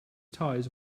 ties